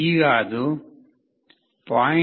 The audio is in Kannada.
ಈಗ ಅದು 0